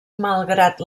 malgrat